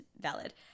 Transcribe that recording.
valid